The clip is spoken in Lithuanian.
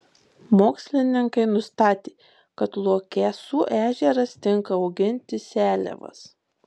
mokslininkai nustatė kad luokesų ežeras tinka auginti seliavas